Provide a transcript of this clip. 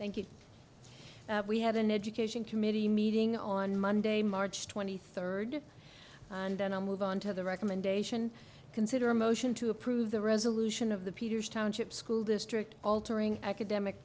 going thank you we have an education committee meeting on monday march twenty third and then i'll move on to the recommendation consider a motion to approve the resolution of the peters township school district altering academic